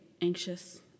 anxious